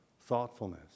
thoughtfulness